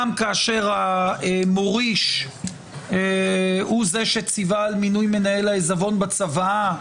גם כאשר המוריש הוא זה שציווה על מינוי מנהל העיזבון בצוואה,